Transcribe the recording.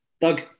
Doug